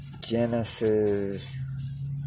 Genesis